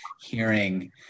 hearing